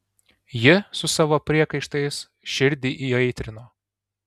ji su savo priekaištais širdį įaitrino